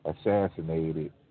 assassinated